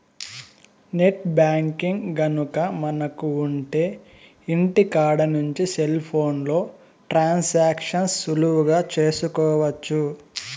net banking గనక మనకు ఉంటె ఇంటికాడ నుంచి సెల్ ఫోన్లో ట్రాన్సాక్షన్స్ సులువుగా చేసుకోవచ్చు